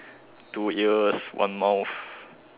two ears one mouth